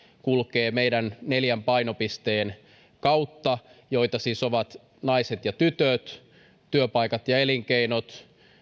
kulkee meidän neljän painopisteen kautta joita siis ovat naiset ja tytöt työpaikat ja elinkeinot